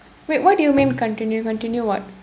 wait what do you mean continue continue what